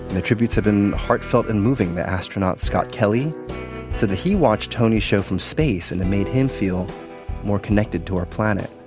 the tributes have been heartfelt and moving the astronaut scott kelly said that he watched tony's show from space, and it made him feel more connected to our planet.